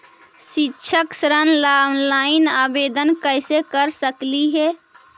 शैक्षिक ऋण ला ऑनलाइन आवेदन कैसे कर सकली हे?